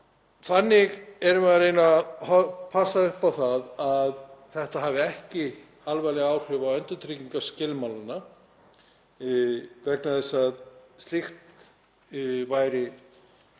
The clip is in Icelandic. Þannig erum við að reyna að passa upp á að þetta hafi ekki alvarleg áhrif á endurtryggingaskilmálana. Það væri